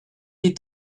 est